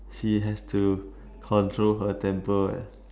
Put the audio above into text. she has to control her temper